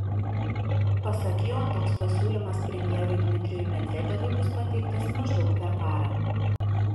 pasak jo toks pasiūlymas premjerui dmitrijui medvedevui bus pateiktas maždaug per parą